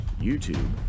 YouTube